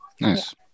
Nice